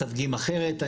מסווגים אחרת.